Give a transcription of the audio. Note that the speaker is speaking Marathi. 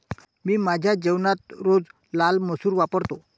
मी माझ्या जेवणात रोज लाल मसूर वापरतो